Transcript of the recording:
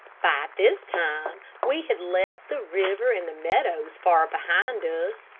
by this time we had left the river and the meadows far behind us,